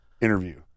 interview